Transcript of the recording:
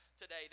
today